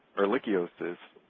ehrlichiosis,